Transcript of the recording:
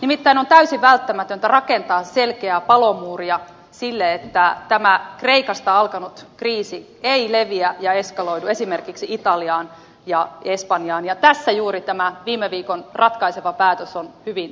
nimittäin on täysin välttämätöntä rakentaa selkeä palomuuri sille että tämä kreikasta alkanut kriisi ei leviä ja eskaloidu esimerkiksi italiaan ja espanjaan ja tässä juuri tämä viime viikon ratkaiseva päätös on hyvin tärkeässä roolissa